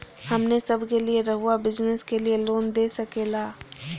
हमने सब के लिए रहुआ बिजनेस के लिए लोन दे सके ला?